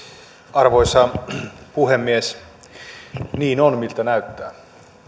arvoisa puhemies niin on miltä näyttää